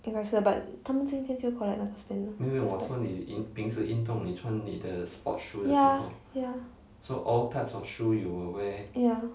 应该是 but 他们今天就 collect 那个 spinners back ya ya ya